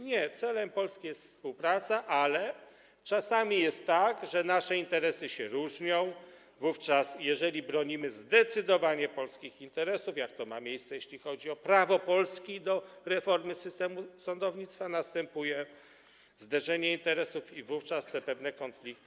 Nie, celem Polski jest współpraca, ale czasami jest tak, że nasze interesy się różnią, wówczas jeżeli bronimy zdecydowanie polskich interesów, jak ma to miejsce w przypadku prawa Polski do reformy systemu sądownictwa, następuje zderzenie interesów i wówczas występują pewne konflikty.